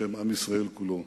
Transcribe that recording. בשם עם ישראל כולו: